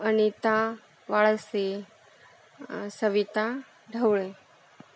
Anita Walse Savita Dhawale